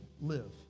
live